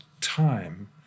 time